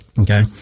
Okay